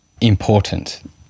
important